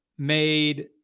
made